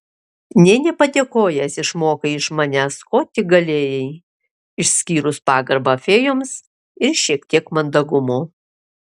nė nepadėkojęs išmokai iš manęs ko tik galėjai išskyrus pagarbą fėjoms ir šiek tiek mandagumo